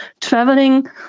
traveling